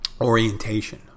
orientation